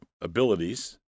abilities